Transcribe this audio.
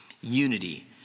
unity